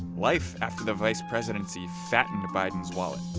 life after the vice presidency fattened biden's wallet.